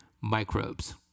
microbes